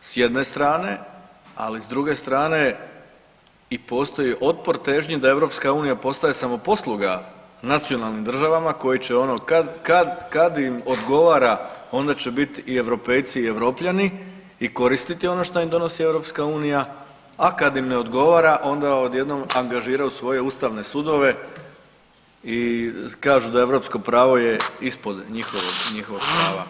s jedne strane, ali s druge strane i postoji otpor težnji da EU postaje samoposluga nacionalnim državama koji će ono kad im odgovara onda će biti i europejci i Europljani i koristiti ono što im donosi EU, a kad im ne odgovara onda odjednom angažiraju svoje ustavne sudove i kažu da je europsko pravo ispod njihovog prava.